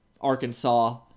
Arkansas